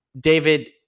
David